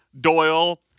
Doyle